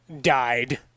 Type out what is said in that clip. died